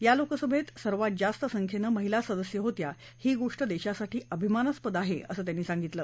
या लोकसभेत सर्वात जास्त संख्येनं महिला सदस्य होत्या ही गोष्ट देशासाठी अभिमानास्पद आहे असं त्यांनी सांगितलं